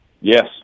Yes